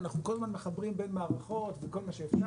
אנחנו כל הזמן מחברים בין מערכות וכל מה שאפשר,